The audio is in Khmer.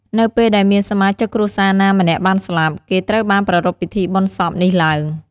នៅពេលដែលមានសមាជិកគ្រួសារណាម្នាក់បានស្លាប់ គេត្រូវតែប្រារព្ធពិធីបុណ្យសពនេះឡើង។